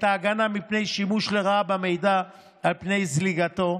ההגנה מפני שימוש לרעה במידע ומפני זליגתו,